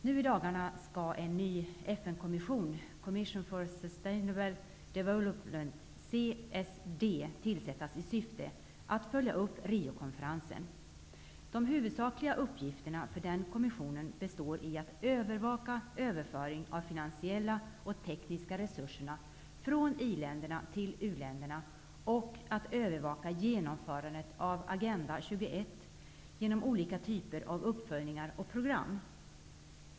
Nu i dagarna skall en ny FN-kommission -- tillsättas i syfte att följa upp Riokonferensen. De huvudsakliga uppgifterna för denna kommission består i att övervaka överföring av finansiella och tekniska resurser från i-länderna till u-länderna och att övervaka genomförandet av Agenda 21 genom olika typer av uppföljningar och program.